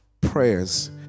prayers